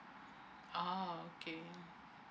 ah okay